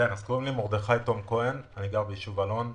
קוראים לי מרדכי תום כהן, אני גר ביישוב אלון.